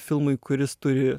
filmui kuris turi